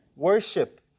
Worship